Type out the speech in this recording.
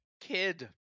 kid